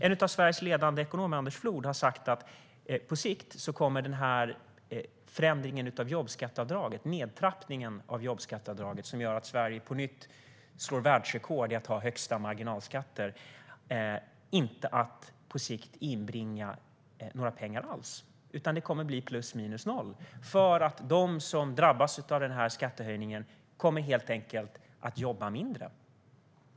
En av Sveriges ledande ekonomer, Lennart Flood, har sagt att på sikt kommer nedtrappningen av jobbskatteavdraget - som gör att Sverige på nytt slår världsrekord i att ha högsta marginalskatter - inte att inbringa några pengar alls, utan det kommer att bli plus minus noll. De som drabbas av denna skattehöjning kommer helt enkelt att jobba mindre.